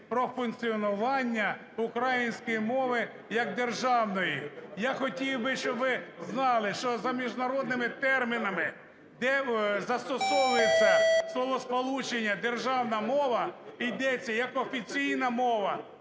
про функціонування української мови як державної. Я хотів би, щоб ви знали, що за міжнародними термінами, де застосовується словосполучення "державна мова", йдеться як офіційна мова.